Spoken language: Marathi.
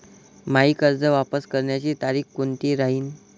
मायी कर्ज वापस करण्याची तारखी कोनती राहीन?